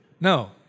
No